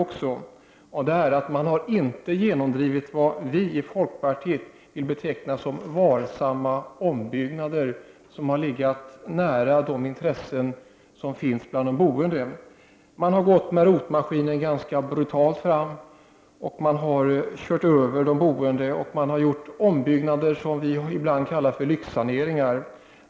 Man har inom detta program nämligen inte genomdrivit vad vi i folkpartiet vill beteckna som varsamma ombyggnader som ligger nära intressena hos de boende. Man kan säga att ”ROT-maskinen” har gått fram på ett ganska brutalt sätt och kört över de boende. Man har gjort ombyggnader som är vad vi ibland kallar för lyxsaneringar.